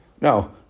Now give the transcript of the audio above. no